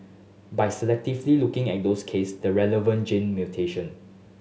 by selectively looking at those case the relevant gene mutation